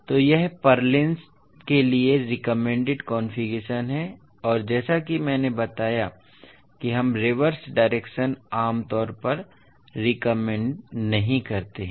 तो यह पुर्लिन्स के लिए रेकोम्मेंड कॉन्फ़िगरेशन है और जैसा कि मैंने बताया कि हम रिवर्स डायरेक्शन आम तौर पर रेकोम्मेंडेड नहीं करते हैं